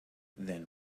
then